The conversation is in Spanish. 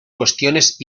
cuestiones